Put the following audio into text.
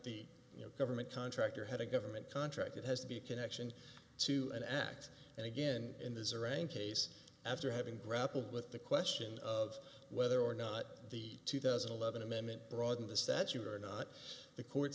the government contractor had a government contract it has to be connection to an act and again in the ziran case after having grappled with the question of whether or not the two thousand and eleven amendment broaden the statute or not the court